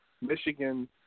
Michigan